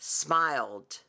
smiled